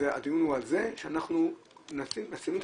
הדיון הוא על זה שאנחנו מציינים את